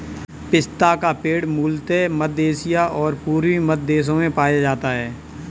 पिस्ता का पेड़ मूलतः मध्य एशिया और पूर्वी मध्य देशों में पाया जाता है